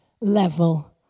level